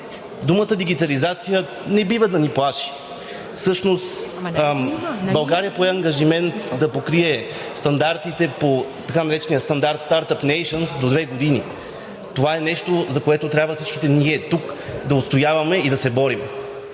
Думата „дигитализация“ не бива да ни плаши. Всъщност България пое ангажимент да покрие стандартите по така наречения стандарт Startup Nations до две години. Това е нещо, за което трябва всички ние тук да отстояваме и да се борим.